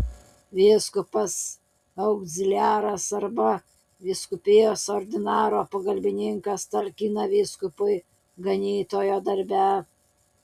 vyskupas augziliaras arba vyskupijos ordinaro pagalbininkas talkina vyskupui ganytojo darbe